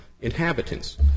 inhabitants